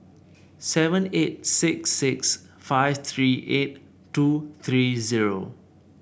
seven eight six six five three eight two three zero